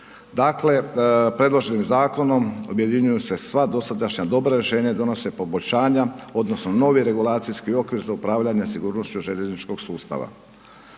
Dakle, predloženim zakonom objedinjuju se sva dosadašnja dobra rješenja i donose poboljšanja odnosno novi regulacijski okvir za upravljanje sigurnošću željezničkog sustava.